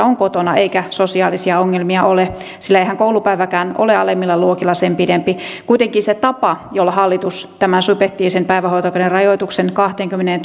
on kotona eikä sosiaalisia ongelmia ole sillä eihän koulupäiväkään ole alemmilla luokilla sen pidempi kuitenkin se tapa jolla hallitus tämän subjektiivisen päivähoito oikeuden rajoituksen kahteenkymmeneen